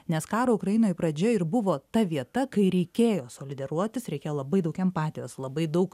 nes karo ukrainoj pradžia ir buvo ta vieta kai reikėjo solideruotis reikėjo labai daug empatijos labai daug